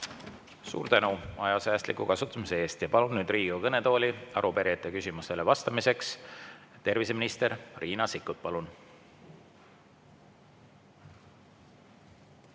Suur tänu aja säästliku kasutamise eest! Palun nüüd Riigikogu kõnetooli arupärijate küsimustele vastamiseks terviseminister Riina Sikkuti.